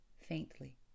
faintly